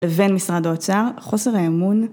לבין משרד האוצר חוסר האמון